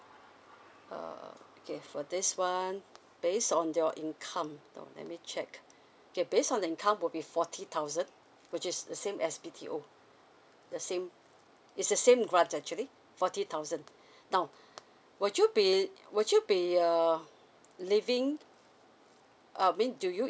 err okay for this one based on your income uh now me check okay based on the income will be fourty thousand which is the same as B_T_O the same it's the same grant actually fourty thousand now would you be would you be err living uh I mean do you